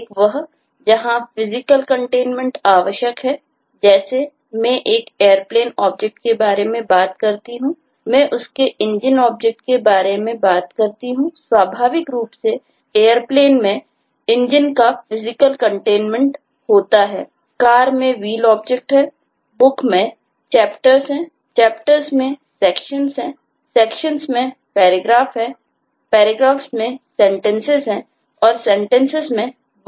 एक वह है जहाँ फिजिकल कंटेनमेंट है Book में Chapters हैं Chapters में Sections हैं Sections में Paragraphs हैं Paragraphs में Sentences हैं और Sentences में Words हैं